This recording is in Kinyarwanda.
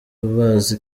bazi